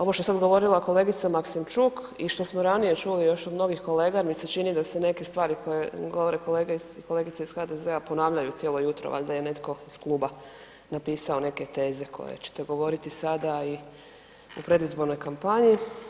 Ovo što je sad govorila kolegica Maksimčuk i što smo ranije čuli još od novih kolega jer mi se čini da se neke stvari koje govore kolege i kolegice iz HDZ-a ponavljaju cijelo jutro, valjda je netko iz kluba napisao neke teze koje ćete govoriti sada i u predizbornoj kampanji.